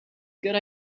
good